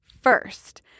first